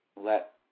Let